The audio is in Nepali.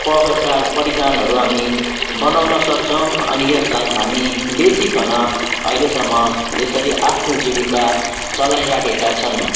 प ख कार परिकारहरू हामी बनाउन सक्छौँ अनि यसलाई हामी बेचिकन अहिलेसम्म यसरी आफ्नो जीविका चलाइरहेका छन्